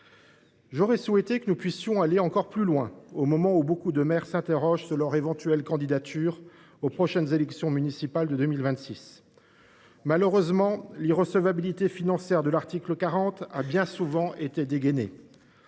J’aurais souhaité que nous puissions aller encore plus loin, au moment où nombre de maires s’interrogent sur leur éventuelle candidature aux prochaines élections municipales de 2026. Malheureusement, l’irrecevabilité financière de l’article 40 de la Constitution a bien souvent été dégainée.